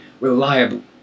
reliable